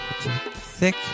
thick